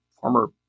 former